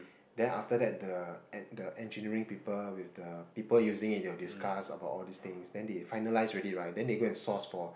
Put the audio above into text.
then after that the en~ the engineering people with the people using it they'll discuss about all these things then they finalise already right then they go source for